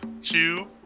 two